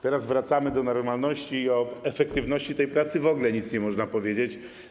Teraz wracamy do normalności i o efektywności tej pracy w ogóle nic nie można powiedzieć.